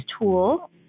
tool